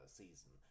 season